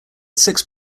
six